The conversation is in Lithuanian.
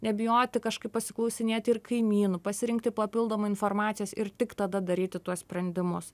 nebijoti kažkaip pasiklausinėti ir kaimynų pasirinkti papildomai informacijos ir tik tada daryti tuos sprendimus